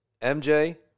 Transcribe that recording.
MJ